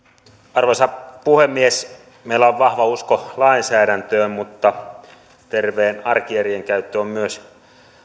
arvoisa puhemies meillä on vahva usko lainsäädäntöön mutta myös terveen arkijärjen käyttö on